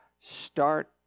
start